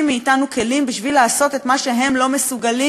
מאתנו כלים בשביל לעשות את מה שהם לא מסוגלים,